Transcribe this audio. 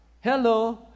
hello